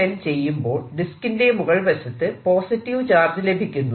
n ചെയ്യുമ്പോൾ ഡിസ്കിന്റെ മുകൾവശത്ത് പോസിറ്റീവ് ചാർജ് ലഭിക്കുന്നു